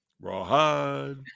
Rawhide